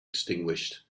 extinguished